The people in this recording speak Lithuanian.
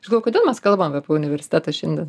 aš galvoju kodėl mes kalbam apie pa universitetą šiandien